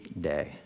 day